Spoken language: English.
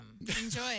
Enjoy